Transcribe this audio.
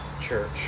church